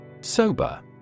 Sober